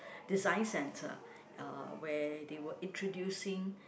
design centre uh where they were introducing